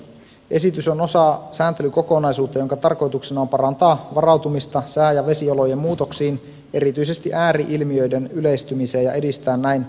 esitys on osa sääntelykokonaisuutta jonka tarkoituksena on parantaa varautumista sää ja vesiolojen muutoksiin erityisesti ääri ilmiöiden yleistymiseen ja edistää näin sopeutumista ilmastonmuutokseen